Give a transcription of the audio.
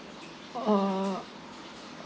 or